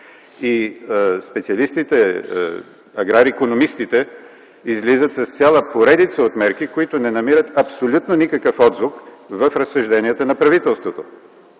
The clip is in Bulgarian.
Специалистите, аграрикономистите излизат с цяла поредица от мерки, които не намират абсолютно никакъв отзвук в разсъжденията на правителството.